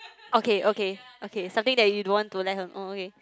okay okay okay something that you don't want to let her oh okay